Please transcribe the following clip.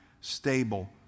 stable